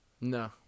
No